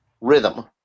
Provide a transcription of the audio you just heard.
rhythm